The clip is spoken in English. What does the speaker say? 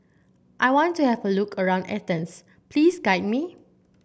I want to have a look around Athens please guide me